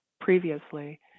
previously